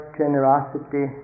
generosity